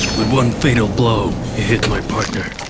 with one fatal blow, he hit my partner.